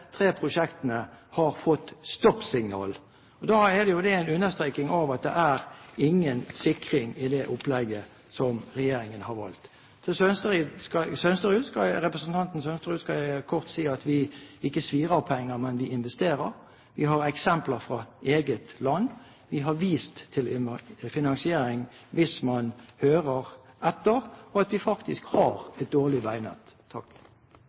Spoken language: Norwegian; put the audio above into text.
tre prosjektene har fått stoppsignal, og da er jo det en understreking av at det er ingen sikring i det opplegget som regjeringen har valgt. Til representanten Sønsterud skal jeg kort si at vi ikke svir av penger, men vi investerer. Vi har eksempler fra eget land. Vi har vist til finansiering – hvis man hører etter – og at vi faktisk